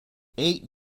eight